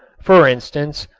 for instance,